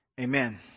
amen